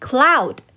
Cloud